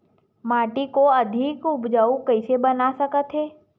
माटी को अधिक उपजाऊ कइसे बना सकत हे?